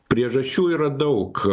priežasčių yra daug